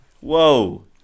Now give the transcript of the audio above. Whoa